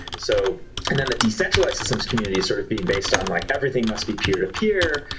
so and then the decentralized systems community is sort of being based on like everything must be peer-to-peer.